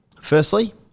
Firstly